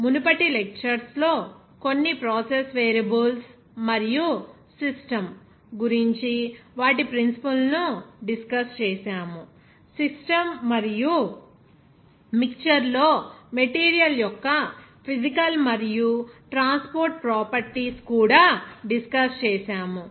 మనము మునుపటి లెక్చర్స్ లో కొన్ని ప్రాసెస్ వేరియబుల్స్ మరియు సిస్టమ్ గురించి వాటి ప్రిన్సిపుల్స్ ను డిస్కస్ చేసాము సిస్టమ్ మరియు మిక్చర్ లో మెటీరియల్ యొక్క ఫిజికల్ మరియు ట్రాన్స్పోర్ట్ ప్రాపర్టీస్ కూడా డిస్కస్ చేసాము